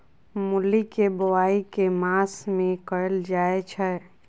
मूली केँ बोआई केँ मास मे कैल जाएँ छैय?